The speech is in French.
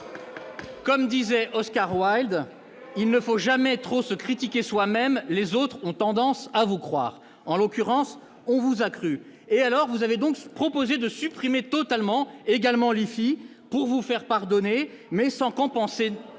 Comme disait Oscar Wilde :« Il ne faut jamais trop se critiquer soi-même, les autres ont tendance à vous croire. » En l'occurrence, on vous a crus ! Vous avez donc proposé de supprimer totalement l'IFI pour vous faire pardonner, mais sans compenser nettement la